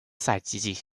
赛季